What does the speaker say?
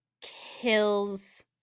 kills